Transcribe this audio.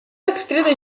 extreta